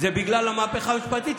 בגלל המהפכה המשפטית,